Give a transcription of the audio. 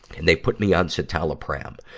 and they put me on citalopram.